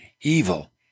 evil